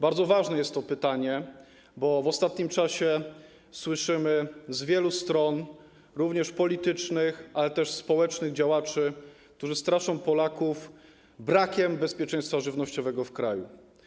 Bardzo ważne jest to pytanie, bo w ostatnim czasie słyszymy z wielu stron, również politycznych, ale też ze strony społecznych działaczy, straszenie Polaków brakiem bezpieczeństwa żywnościowego w kraju.